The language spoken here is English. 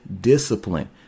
discipline